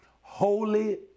holy